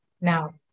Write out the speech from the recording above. now